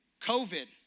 COVID